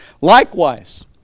Likewise